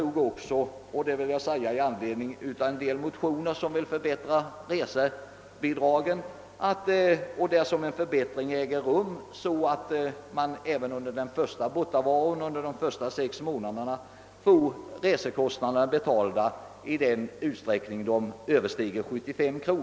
Med anledning av motionsförslag om förbättring av resebidragen, så innebär prop. en förbättring så att man även under de första sex månadernas bortovaro skall få sina resekostnader betalade i den utsträckning de överstiger 75 kronor.